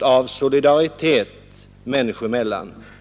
av solidaritet människor emellan.